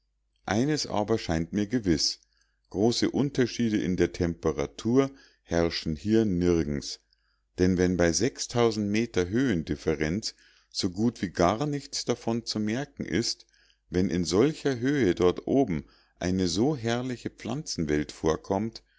eines aber scheint mir gewiß große unterschiede in der temperatur herrschen hier nirgends denn wenn bei meter höhendifferenz so gut wie gar nichts davon zu merken ist wenn in solcher höhe dort oben eine so herrliche pflanzenwelt vorkommt